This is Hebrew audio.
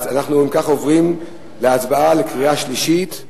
אם כך, אנחנו עוברים להצבעה בקריאה שלישית.